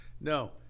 No